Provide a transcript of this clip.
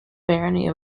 barony